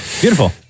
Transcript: Beautiful